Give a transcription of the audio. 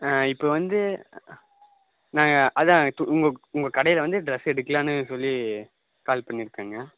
இப்போ வந்து நாங்கள் அதுதான் உங்கள் உங்கள் கடையில் வந்து ட்ரெஸ் எடுக்கலான்னு சொல்லி கால் பண்ணியிருக்கேங்க